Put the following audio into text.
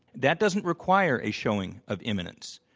that doesn't require a showing of imminence.